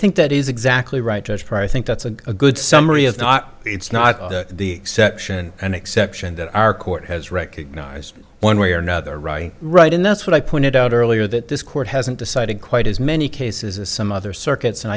think that is exactly right judge perry think that's a good summary of it's not the exception and an exception that our court has recognized one way or another right right and that's what i pointed out earlier that this court hasn't decided quite as many cases as some other circuits and